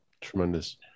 Tremendous